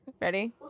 Ready